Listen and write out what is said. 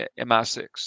MI6